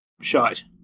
shite